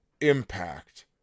impact